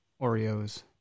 Oreos